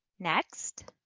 next,